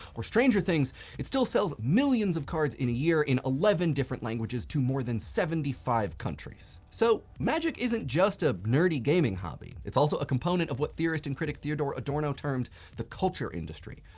or stranger things it still sells millions of cards in a year in eleven different languages to more than seventy five countries. so magic isn't just a nerdy gaming hobby. it's also a component of what theorist and critic theodore adorno termed the culture industry.